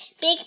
Big